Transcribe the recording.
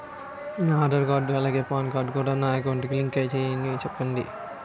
నా ఆధార్ కార్డ్ అలాగే PAN card కూడా నా అకౌంట్ కి లింక్ చేయమని చెప్పండి